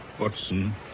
Watson